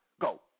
go